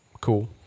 Cool